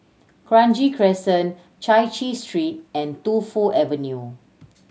Kranji Crescent Chai Chee Street and Tu Fu Avenue